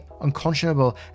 unconscionable